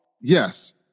Yes